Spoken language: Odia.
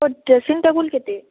ତ ଡ୍ରେସିଂ ଟେବୁଲ କେତେ